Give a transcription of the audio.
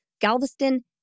Galveston